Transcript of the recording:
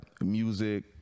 music